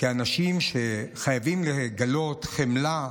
כאנשים שחייבים לגלות חמלה,